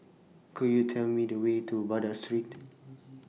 Could YOU Tell Me The Way to Baghdad Street